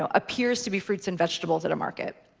ah appears to be fruits and vegetables at a market.